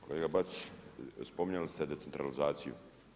Kolega Bačić, spominjali ste decentralizaciju.